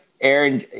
Aaron